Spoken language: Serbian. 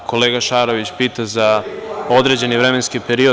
Kolega Šarović pita za određeni vremenski period.